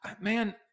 Man